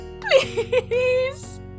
please